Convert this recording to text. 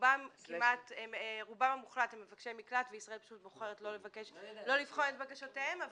רובם המוחלט הם מבקשי מקלט וישראל פשוט בוחרת לא לבחון את בקשותיהם,